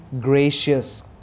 gracious